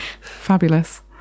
fabulous